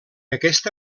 aquesta